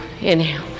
Inhale